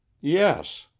Yes